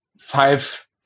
five